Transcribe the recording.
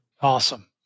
Awesome